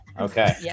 Okay